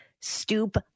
stoop